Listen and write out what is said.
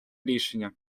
рішення